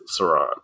Saran